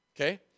Okay